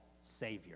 savior